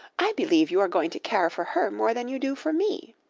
i believe you are going to care for her more than you do for me.